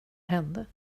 hände